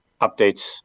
updates